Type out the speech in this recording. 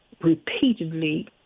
repeatedly